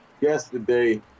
yesterday